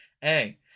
Hey